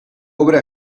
obra